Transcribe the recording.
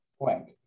blank